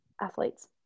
athletes